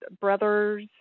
Brothers